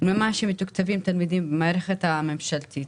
פחות מכפי שמתוקצבים תלמידים במערכת החינוך הממשלתית.